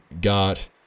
got